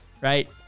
right